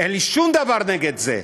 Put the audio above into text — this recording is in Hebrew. אין לי שום דבר נגד זה,